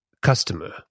customer